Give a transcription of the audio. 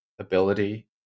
Ability